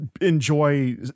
enjoy